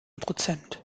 prozent